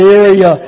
area